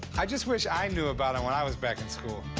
i just wish i knew about it when i was back in school.